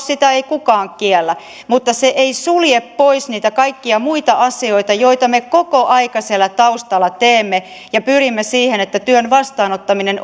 sitä ei kukaan kiellä mutta se ei sulje pois niitä kaikkia muita asioita joita me koko ajan siellä taustalla teemme ja pyrimme siihen että työn vastaanottaminen